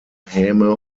häme